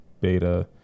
beta